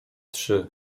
trzy